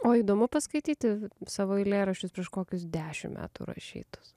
o įdomu paskaityti savo eilėraščius prieš kokius dešim metų rašytus